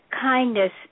kindness